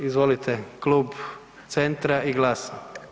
Izvolite, Klub Centra i Glasa.